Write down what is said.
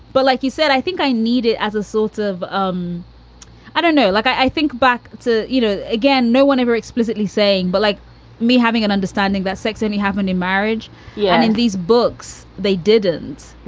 but like you said, i think i need it as a sort of um i don't know, like i think back to, you know, again, no one ever explicitly saying but like me having an understanding that sex only happened in marriage and yeah in these books, they didn't.